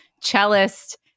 cellist